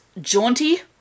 jaunty